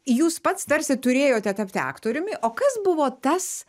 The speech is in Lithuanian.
jūs pats tarsi turėjote tapti aktoriumi o kas buvo tas